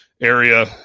area